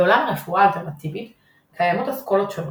בעולם הרפואה האלטרנטיבית קיימות אסכולות שונות,